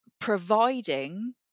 providing